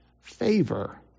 favor